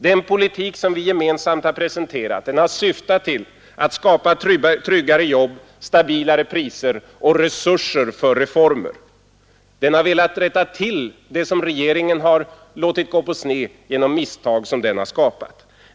Den politik vi gemensamt har presenterat har syftat till att skapa tryggare jobb, stabilare priser och resurser för reformer. Den har velat rätta till det som regeringen har låtit gå på sned genom egna misstag.